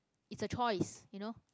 it's a choice you know